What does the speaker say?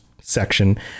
section